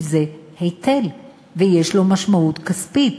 כי זה היטל ויש לו משמעות כספית.